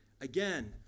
again